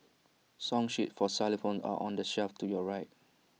song sheets for xylophones are on the shelf to your right